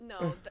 No